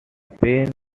pen